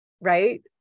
right